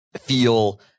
feel